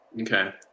Okay